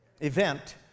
event